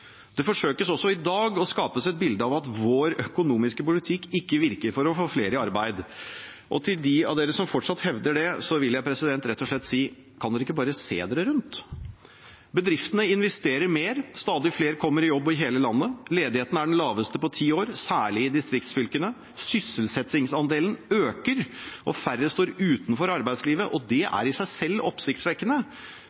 Det forsøkes også i dag å skape et bilde av at vår økonomiske politikk ikke virker for å få flere i arbeid. Til de av dere som fortsatt hevder det, vil jeg rett og slett si: Kan dere ikke bare se dere rundt? Bedriftene investerer mer. Stadig flere kommer i jobb i hele landet. Ledigheten er den laveste på ti år, særlig i distriktsfylkene. Sysselsettingsandelen øker, og færre står utenfor arbeidslivet. Det er i seg selv oppsiktsvekkende. Siden valgkampen har sysselsettingsandelen økt jevnt og